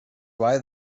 why